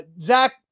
Zach